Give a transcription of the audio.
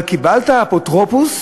אבל קיבלת אפוטרופוס,